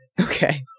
Okay